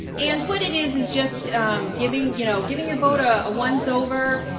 and what it is is just giving you know giving your boat a once over,